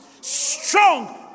Strong